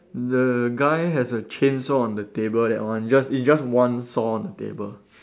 the guy has a chainsaw on the table that one it just it just one saw on the table